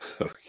Okay